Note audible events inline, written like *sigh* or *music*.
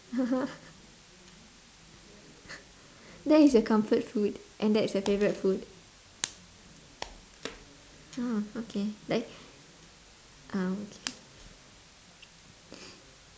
*laughs* that is your comfort food and that's your favourite food ah okay like um okay